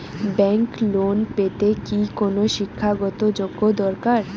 Bank loan পেতে কি কোনো শিক্ষা গত যোগ্য দরকার?